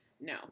no